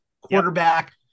quarterback